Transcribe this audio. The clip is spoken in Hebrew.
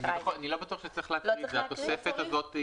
לא צריך להקריא את התוספת הזאת,